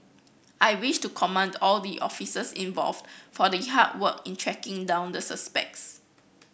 I wish to commend all the officers involved for the hard work in tracking down the suspects